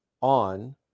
on